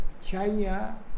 China